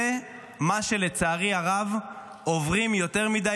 זה מה שלצערי הרב עוברים יותר מדי